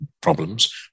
problems